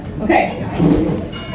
Okay